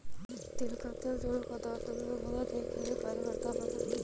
तिल का तेल जोड़ों और दांतो के दर्द के लिए एक कारगर दवा है